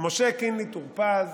משה קינלי טור פז,